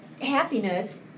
Happiness